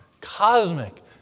cosmic